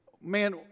Man